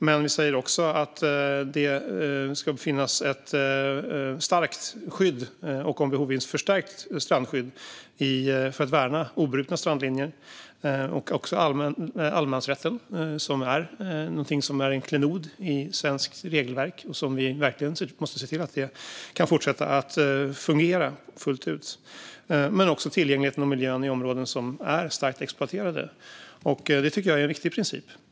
Men vi säger också att det ska finnas ett starkt och vid behov förstärkt strandskydd för att värna obrutna strandlinjer liksom allemansrätten, som är en klenod i svenskt regelverk och som vi verkligen måste se till fortsätter att fungera fullt ut. Vi måste också värna tillgängligheten och miljön i områden som är starkt exploaterade. Detta tycker jag är en riktig princip.